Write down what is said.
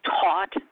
taught